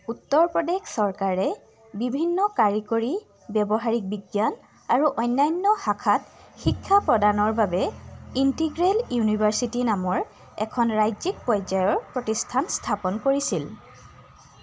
উত্তৰ প্ৰদেশ চৰকাৰে বিভিন্ন কাৰিকৰী ব্যৱহাৰিক বিজ্ঞান আৰু অন্যান্য শাখাত শিক্ষা প্ৰদানৰ বাবে ইণ্টিগ্ৰেল ইউনিভাৰ্ছিটি নামৰ এখন ৰাজ্যিক পৰ্যায়ৰ প্ৰতিষ্ঠান স্থাপন কৰিছিল